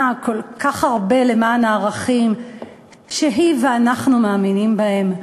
כל כך הרבה למען הערכים שהיא ואנחנו מאמינים בהם,